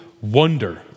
wonder